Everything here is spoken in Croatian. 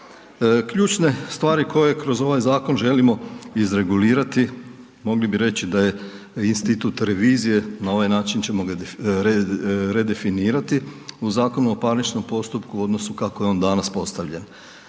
Ključne stvari koje kroz ovaj zakon želimo izregulirati mogli bi reći da je institut revizije na ovaj način ćemo ga redefinirati u Zakonu o parničnom postupku u odnosu kako je on danas postavljen.